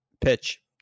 pitch